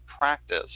practice